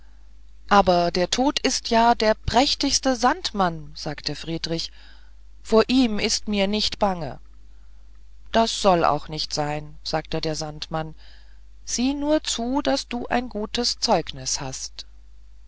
aber der tod ist ja der prächtigste sandmann sagte friedrich vor ihm ist mir nicht bange das soll auch nicht sein sagte der sandmann sieh nur zu daß du ein gutes zeugnis hast